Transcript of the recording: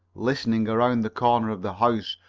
listening around the corner of the house,